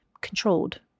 controlled